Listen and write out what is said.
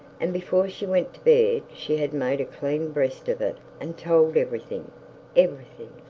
and before she went to bed, she had made a clean breast of it and told everything everything,